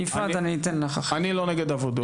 אני לא נגד עבודות.